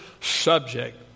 subject